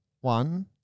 one